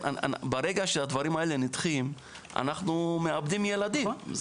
ברגע שהדברים האלה נדחים אנחנו מאבדים ילדים.